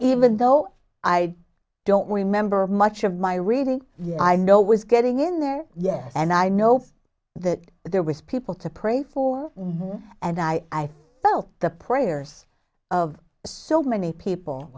even though i don't remember much of my reading yet i know was getting in there yes and i know that there was people to pray for and i felt the prayers of so many people